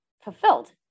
fulfilled